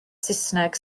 saesneg